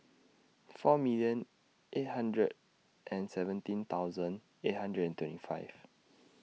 four million eight hundred and seventeen thousand eight hundred and twenty five